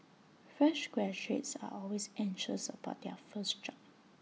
fresh graduates are always anxious about their first job